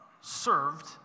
served